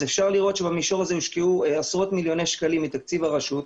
אפשר לראות שבמישור הזה הושקעו עשרות מיליוני שקלים מתקציב הרשות.